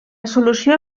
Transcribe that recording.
solució